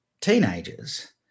teenagers